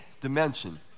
dimension